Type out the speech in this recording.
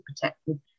protected